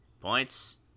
points